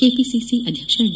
KPCC ಅಧ್ಯಕ್ಷ D